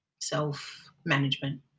Self-management